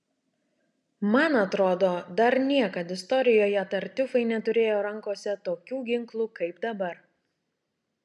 man atrodo dar niekad istorijoje tartiufai neturėjo rankose tokių ginklų kaip dabar